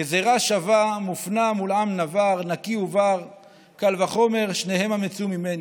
// גזרה שווה מופנה מול עם נבר / נקי ובר / קל וחומר שניהם אמצו ממני,